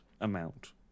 amount